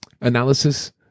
analysis